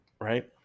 right